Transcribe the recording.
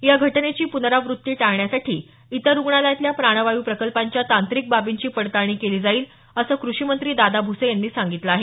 या घटनेची पुनराव्रत्ती टाळण्यासाठी इतर रुग्णालयांतल्या प्राणवायू प्रकल्पांच्या तांत्रिक बाबींची पडताळणी केली जाईल असं कृषिमंत्री दादाजी भुसे यांनी सांगितलं आहे